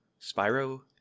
Spyro